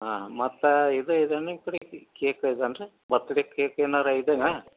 ಹಾಂ ಮತ್ತು ಇದು ಇದನ್ನ ಕಳ್ಸಿ ರೀ ಕೇಕ್ ಇದ್ದಾನೆ ರೀ ಬರ್ತಡೇ ಕೇಕ್ ಏನಾದ್ರು ಇದೆಯಾ